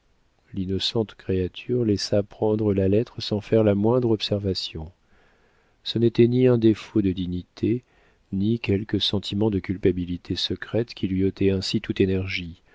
l'innocente créature laissa prendre la lettre sans faire la moindre observation ce n'était ni un défaut de dignité ni quelque sentiment de culpabilité secrète qui lui ôtait ainsi toute énergie